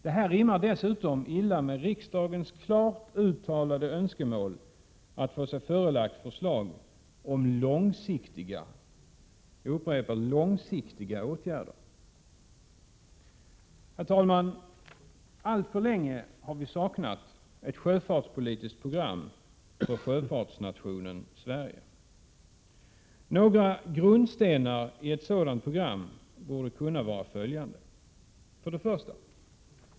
Det rimmar dessutom illa med riksdagens klart uttalade önskemål att få sig förelagt förslag om långsiktiga åtgärder. Herr talman! Alltför länge har vi saknat ett sjöfartspolitiskt program för sjöfartsnationen Sverige. Några grundstenar i ett sådant program borde kunna vara följande: 1.